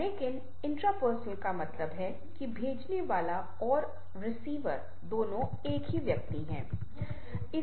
लेकिन इंट्रपर्सनल का मतलब है कि भेजने वाला और रिसीवर दोनों एक ही व्यक्ति है